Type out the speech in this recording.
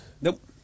Nope